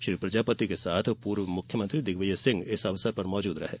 श्री प्रजापति के साथ पूर्व मुख्यमंत्री दिग्विजय सिंह इस अवसर पर मौजूद थे